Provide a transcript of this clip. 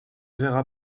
verra